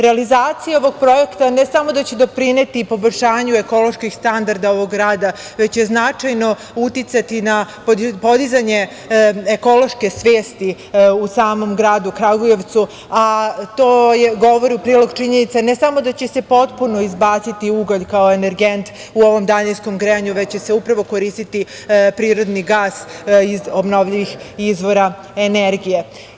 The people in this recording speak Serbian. Realizacija ovog projekta ne samo da će doprineti poboljšanju ekoloških standarda ovog grada, već će značajno uticati na podizanje ekološke svesti u samom gradu Kragujevcu, a tome govori u prilog činjenica ne samo da će se potpuno izbaciti ugalj kao energent u ovom daljinskom grejanju, već će se upravo koristiti prirodni gas iz obnovljivih izvora energije.